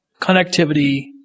connectivity